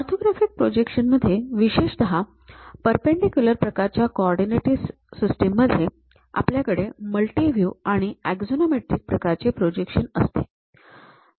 orthographic projection मध्ये विशेषतः perpendicular प्रकारच्या कोऑर्डिनेट सिस्टिम मध्ये आपल्याकडे मल्टि व्ह्यू आणि अँक्झोनॉमेट्रीक प्रकारचे प्रोजेक्शन असते